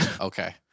Okay